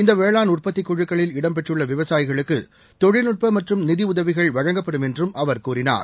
இந்த வேளாண் உற்பத்திக் குழுக்களில் இடம்பெற்றுள்ள விவசாயிகளுக்கு தொழில்நட்ப மற்றும் நிதி உதவிகள் வழங்கப்படும் என்றும் அவர் கூறினார்